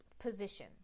position